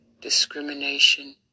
discrimination